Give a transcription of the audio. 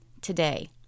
today